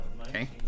Okay